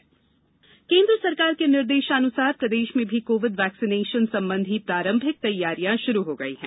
Covid vaccine केन्द्र सरकार के निर्देशानुसार प्रदेश में भी कोविड वैक्सीनेशन संबंधी प्रारंभिक तैयारियाँ शुरू हो गई है